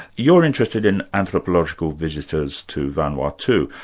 you're interested in anthropological visitors to vanuatu,